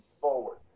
forward